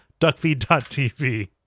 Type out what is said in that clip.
duckfeed.tv